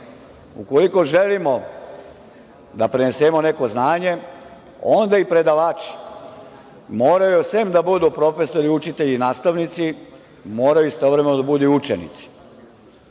kadar. Ukoliko želimo da prenesemo neko znanje, onda i predavači moraju, sem da budu profesori, učitelji, nastavnici, moraju istovremeno da budu i učenici.